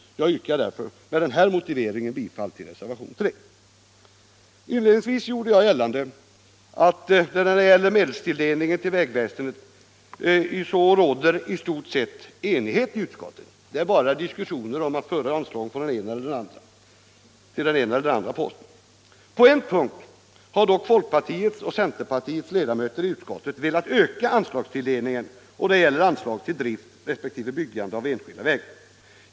Jag yrkar med denna motivering bifall till reservationen 3. Inledningsvis gjorde jag gällande att det när det gäller medelstilldelningen till vägväsendet i stort sett råder enighet i utskottet. Det har bara varit diskussioner om att föra anslaget till den ena eller andra posten. På en punkt har dock folkpartiets och centerpartiets ledamöter i utskottet velat öka anslagstilldelningen, och det gäller anslagen till drift resp. byggande av enskilda vägar.